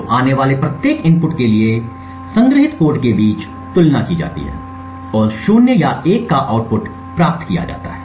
तो आने वाले प्रत्येक इनपुट के लिए संग्रहीत कोड के बीच तुलना की जाती है और 0 या 1 का आउटपुट प्राप्त किया जाता है